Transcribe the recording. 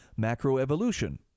macroevolution